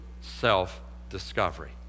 self-discovery